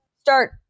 start